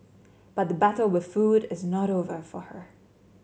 but the battle with food is not over for her